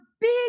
big